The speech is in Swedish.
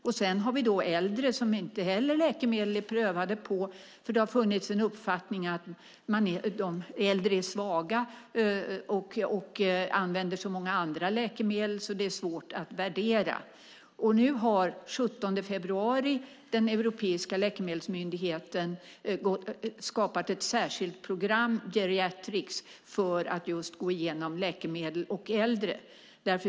Inte heller på äldre är läkemedel prövade därför att det har funnits en uppfattning om att de äldre är svaga och använder så många andra läkemedel och att det därför är svårt att göra en värdering. Den 17 februari har den europeiska läkemedelsmyndigheten skapat ett särskilt program, Geriatrics, för att just gå igenom läkemedel för äldre.